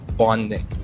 Bonding